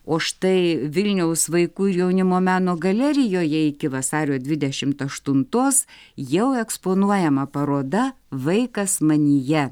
o štai vilniaus vaikų ir jaunimo meno galerijoje iki vasario dvidešimt aštuntos jau eksponuojama paroda vaikas manyje